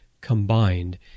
combined